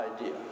idea